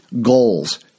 goals